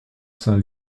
sein